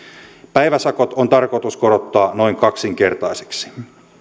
päiväsakot on tarkoitus korottaa noin kaksinkertaiseksi